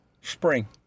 Spring